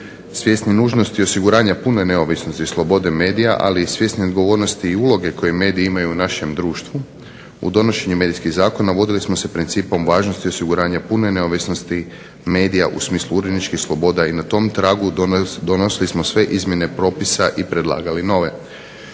Svjesni nužnosti osiguranja pune neovisnosti slobode medija, ali i svjesni odgovornosti i uloge koje mediji imaju u našem društvu u donošenju medijskih zakona vodili smo se principom važnosti osiguranja pune neovisnosti medija u smislu uredničkih sloboda i na tragom donosili smo sve izmjene propisa i predlagali nove.